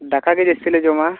ᱫᱟᱠᱟ ᱜᱮ ᱡᱟᱹᱥᱛᱤ ᱞᱮ ᱡᱚᱢᱟ